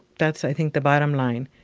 that's, i think, the bottom line.